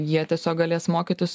jie tiesiog galės mokytis